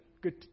good